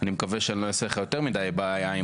אני מקווה שאני לא אעשה לך יותר מידי בעיה אם